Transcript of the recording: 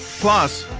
plus,